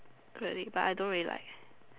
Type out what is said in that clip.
credit but I don't really like